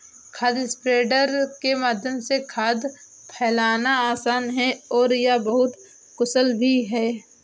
खाद स्प्रेडर के माध्यम से खाद फैलाना आसान है और यह बहुत कुशल भी है